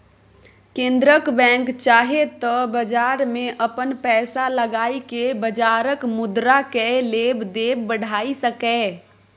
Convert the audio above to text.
केंद्रक बैंक चाहे त बजार में अपन पैसा लगाई के बजारक मुद्रा केय लेब देब बढ़ाई सकेए